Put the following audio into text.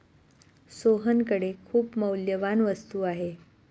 सोहनकडे खूप मौल्यवान वस्तू आहे